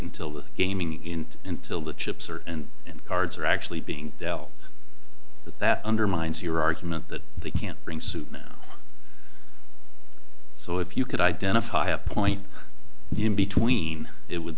until the gaming in until the chips are and and cards are actually being dealt with that undermines your argument that they can't bring suit now so if you could identify a point in the in between it would